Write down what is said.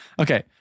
okay